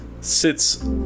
sits